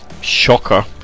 Shocker